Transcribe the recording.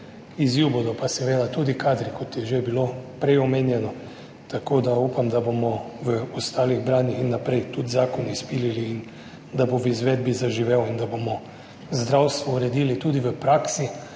Izziv bodo pa seveda tudi kadri, kot je že bilo prej omenjeno, tako da upam, da bomo v ostalih branjih in naprej tudi zakon izpilili in da bo v izvedbi zaživel in da bomo zdravstvo uredili tudi v praksi,